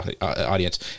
audience